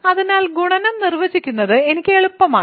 അതിനാൽ ഗുണനം നിർവചിക്കുന്നത് എനിക്ക് എളുപ്പമാണ്